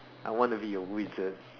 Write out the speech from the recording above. I want to be a wizard